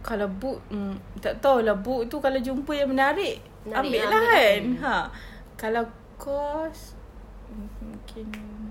kalau book mm tak tahu lah book itu kalau jumpa yang menarik ambil lah kan ha kalau course mm mungkin